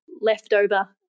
leftover